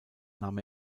nahm